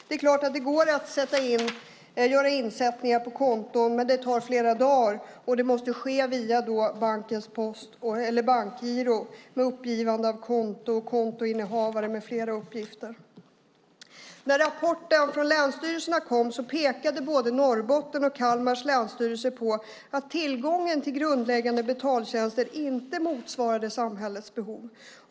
Det går att göra insättningar på konton, men det tar flera dagar och måste ske via bankens bankgiro med uppgivande av konto, kontoinnehavare med flera uppgifter. När rapporten från länsstyrelserna kom pekade både Norrbottens och Kalmars länsstyrelser på att tillgången till grundläggande betaltjänster inte motsvarade samhällets behov.